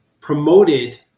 promoted